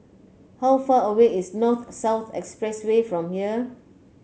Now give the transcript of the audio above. how far away is North South Expressway from here